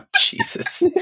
Jesus